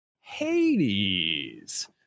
Hades